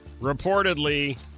reportedly